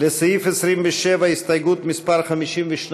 לסעיף 27, הסתייגות מס' 52,